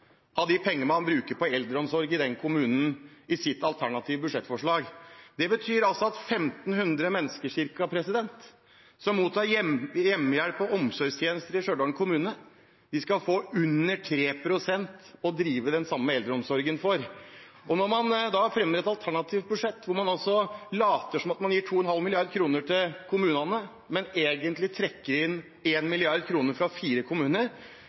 av de pengene man bruker på eldreomsorg i den kommunen, i sitt alternative budsjettforslag. Det betyr altså at ca. 1 500 mennesker som mottar hjemmehjelp og omsorgstjenester i Stjørdal kommune, skal få under 3 pst. av pengene, til å drive den samme eldreomsorgen. Når man fremmer et alternativt budsjett der man later som man gir 2,5 mrd. kr til kommunene, men egentlig trekker inn 1 mrd. kr fra fire kommuner,